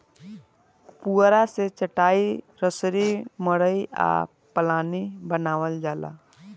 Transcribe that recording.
पुआरा से चाटाई, रसरी, मड़ई आ पालानी बानावल जाला